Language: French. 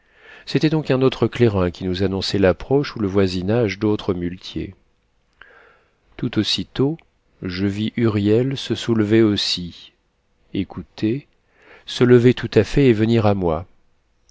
c'était donc un autre clairin qui nous annonçait l'approche ou le voisinage d'autres muletiers tout aussitôt je vis huriel se soulever aussi écouter se lever tout à fait et venir à moi